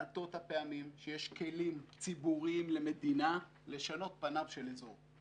מעטות הפעמים שיש כלים ציבוריים למדינה לשנות פניו של אזור.